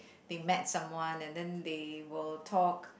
they met someone and then they will talk